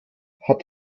hat